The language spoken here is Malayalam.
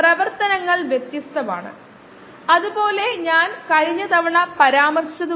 ഇത്തരത്തിലുള്ള പ്രതികരണമാണ് നമ്മൾ വിശകലനം ചെയ്യാൻ ശ്രമിച്ചത്